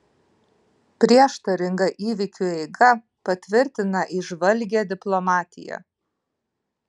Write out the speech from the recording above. prieštaringa įvykių eiga patvirtina įžvalgią diplomatiją